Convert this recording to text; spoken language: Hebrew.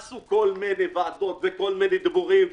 עשו כל מיני ועדות והיו כל מיני דיבורים,